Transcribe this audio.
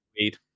weed